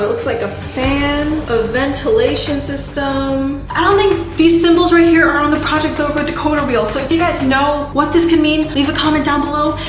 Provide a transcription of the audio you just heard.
oh, looks like a fan, a ventilation system. i don't think these symbols were here or on the project zorgo decoder wheel. so if you guys know what this could mean leave a comment down below.